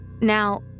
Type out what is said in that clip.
Now